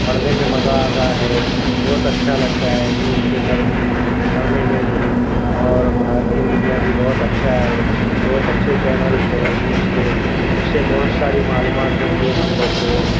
پڑھنے میں مزہ آتا ہے بہت اچھا لگتا ہے نیوز پیپر پڑھنے میں بھی اور بھارتی میڈیا بھی بہت اچھا ہے بہت اچھے چینلس ہے نیوز کے اس سے بہت ساری معلومات ہوتی ہیں ہم لوگ کو